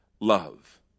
love